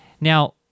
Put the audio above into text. Now